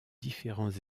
différents